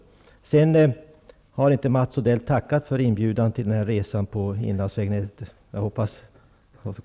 Mats Odell har inte tackat ja till inbjudan om en resa på inlandsvägnätet, men jag hoppas att han kommer.